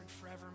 forever